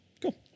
Cool